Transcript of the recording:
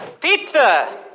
Pizza